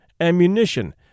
ammunition